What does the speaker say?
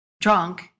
drunk